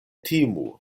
timu